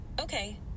Okay